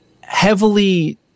heavily